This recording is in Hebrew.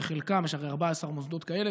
יש הרי 14 מוסדות כאלה,